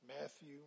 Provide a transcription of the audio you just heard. Matthew